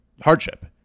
hardship